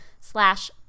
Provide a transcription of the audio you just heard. slash